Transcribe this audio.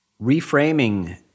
Reframing